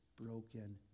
broken